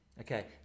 okay